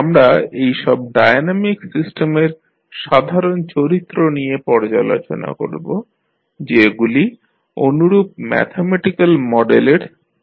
আমরা এইসব ডায়নামিক সিস্টেমের সাধারণ চরিত্র নিয়ে পর্যালোচনা করব যেগুলি অনুরূপ ম্যাথমেটিক্যাল মডেললের প্রতিনিধিত্ব করে